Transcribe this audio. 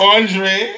Andre